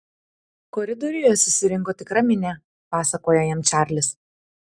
koridoriuje susirinko tikra minia pasakojo jam čarlis